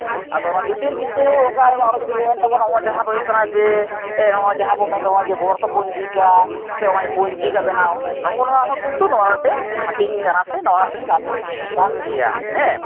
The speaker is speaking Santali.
ᱟᱫᱚ ᱚᱱᱟ ᱡᱳᱛᱤᱨᱵᱤᱫᱽᱫᱟᱹ ᱚᱱᱠᱟ ᱟᱨᱚ ᱡᱩᱫᱤᱧ ᱢᱮᱱ ᱛᱟᱵᱚᱱᱟ ᱚᱱᱟ ᱫᱚ ᱦᱚᱸᱜᱼᱚᱭ ᱡᱟᱦᱟᱸ ᱫᱚ ᱦᱩᱭᱩᱜ ᱠᱟᱱᱟ ᱡᱮ ᱦᱚᱸᱜᱼᱚᱭ ᱡᱟᱦᱟᱸ ᱵᱚᱱ ᱢᱮᱱᱫᱚ ᱵᱚᱨᱥᱚ ᱯᱩᱧᱡᱤᱠᱟ ᱥᱮ ᱦᱚᱸᱜᱼᱚᱭ ᱯᱩᱧᱡᱤᱠᱟ ᱵᱮᱱᱟᱣ ᱱᱚᱜᱼᱚ ᱱᱚᱣᱟ ᱦᱚᱸ ᱠᱤᱱᱛᱩ ᱱᱚᱣᱟ ᱨᱮᱭᱟᱜ ᱢᱤᱫᱴᱮᱱ ᱦᱟᱹᱴᱤᱧ ᱠᱟᱱᱟ ᱥᱮ ᱱᱚᱣᱟ ᱦᱚᱸ ᱢᱤᱫᱴᱮᱱ ᱠᱟᱹᱢᱤ ᱠᱟᱱ ᱜᱮᱭᱟ ᱦᱮᱸ